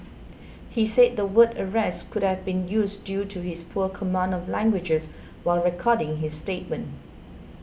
he said the word arrest could have been used due to his poor command of languages while recording his statement